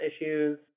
issues